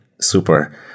Super